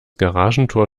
garagentor